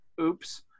Oops